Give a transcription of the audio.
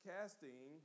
Casting